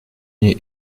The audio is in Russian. ней